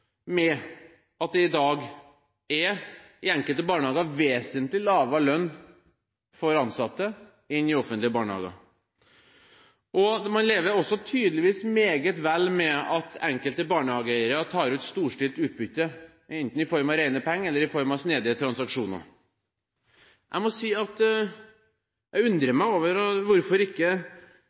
med at ansatte i dag i enkelte private barnehager er vesentlig lavere lønnet enn ansatte i offentlige barnehager. Man lever tydeligvis også meget vel med at enkelte barnehageeiere tar ut storstilt utbytte, enten i form av rene penger eller i form av snedige transaksjoner. Jeg må si at jeg undrer meg over hvorfor ikke